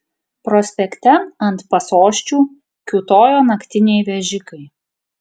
prospekte ant pasosčių kiūtojo naktiniai vežikai